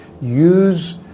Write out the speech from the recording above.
use